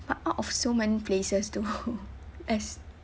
but out of so many places though as